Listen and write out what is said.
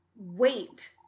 wait